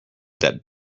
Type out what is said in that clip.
that